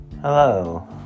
Hello